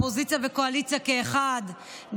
אופוזיציה וקואליציה כאחד,